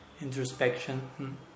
introspection